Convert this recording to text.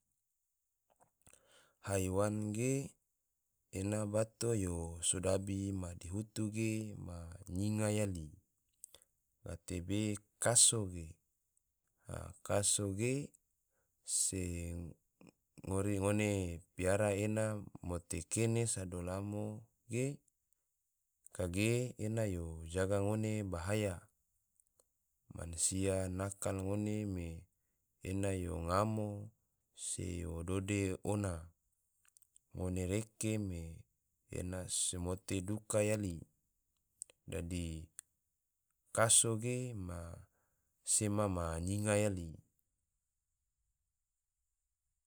Haiwan ge ena bato yo sodabi madihutu ge nyinga yali, gatebe kaso, a kaso ge se ngone piara ena mote kene sodo lamo ge, kage ena yo jaga ngone bahaya, mansia nakal ngone en yo ngamo, se dode ona, ngone reke me ena so mote duka yali. dadi kaso ge ma sema ma nyinga yali